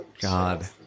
God